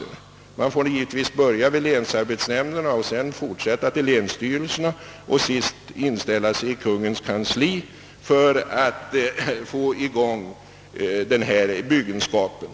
Man får givetvis börja hos länsarbetsnämnderna, fortsätta till länsstyrelserna och sist inställa sig i Kungl. Maj:ts kansli för att få i gång byggenskapen.